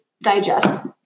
digest